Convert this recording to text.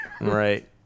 Right